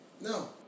No